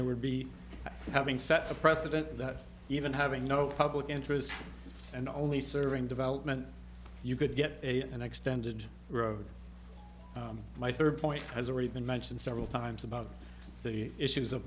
then would be having set a precedent that even having no public interest and only serving development you could get a an extended road my third point has already been mentioned several times about the issues of